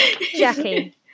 Jackie